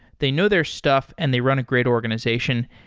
they know their stuff and they run a great organization.